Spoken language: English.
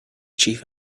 chief